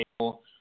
table